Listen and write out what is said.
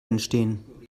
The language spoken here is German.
entstehen